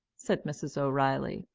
said mrs. o'reilly,